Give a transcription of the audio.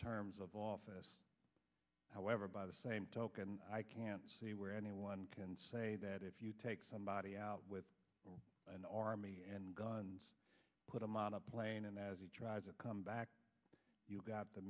terms of office however by the same token i can't see where anyone can say that if you take somebody out with an army and guns put him on a plane and as he tries to come back